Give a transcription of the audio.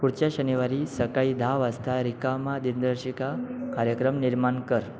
पुढच्या शनिवारी सकाळी दहा वाजता रिकामा दिनदर्शिका कार्यक्रम निर्माण कर